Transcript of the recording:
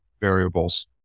variables